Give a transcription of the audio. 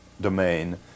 domain